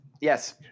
Yes